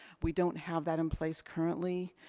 we don't have that in place currently.